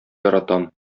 яратам